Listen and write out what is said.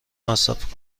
مصرف